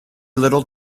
little